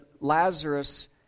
Lazarus